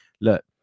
look